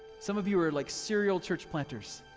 some of you are like serial church planters.